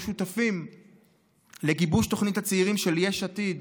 שותפים לגיבוש תוכנית הצעירים של יש עתיד